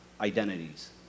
identities